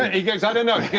he goes, i don't know,